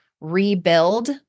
rebuild